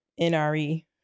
NRE